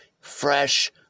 fresh